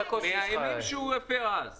הרעיון הוא למנוע --- עכשיו הבנתי את